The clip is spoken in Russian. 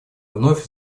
вновь